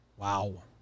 wow